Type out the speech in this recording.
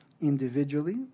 individually